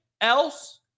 else